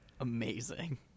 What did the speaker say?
Amazing